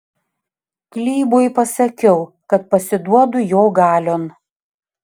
klybui pasakiau kad pasiduodu jo galion